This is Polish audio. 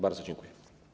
Bardzo dziękuję.